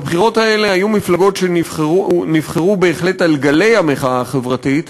בבחירות האלה היו מפלגות שנבחרו בהחלט על גלי המחאה החברתית,